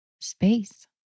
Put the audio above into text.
space